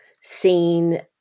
seen